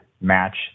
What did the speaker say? match